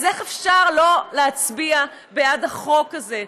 אז איך אפשר לא להצביע בעד החוק הזה?